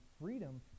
freedom